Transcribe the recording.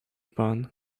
pan